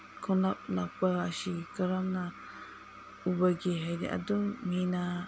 ꯈꯣꯡꯀꯥꯞ ꯂꯥꯛꯄ ꯑꯁꯤ ꯀꯔꯝꯅ ꯎꯕꯒꯦ ꯍꯥꯏꯗꯤ ꯑꯗꯨꯝ ꯃꯤꯅ